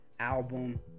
Album